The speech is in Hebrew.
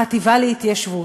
החטיבה להתיישבות.